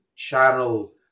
Channel